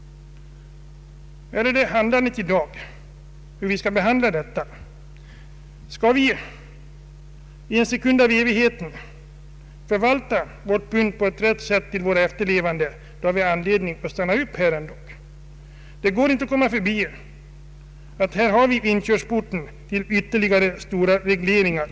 Skall vi — i en sekund av evigheten — förvalta vårt pund på rätt sätt åt våra efterlevande, har vi anledning att stanna upp ett tag. Det går inte att komma förbi att vi här har inkörsporten till ytterligare stora sjöregleringar.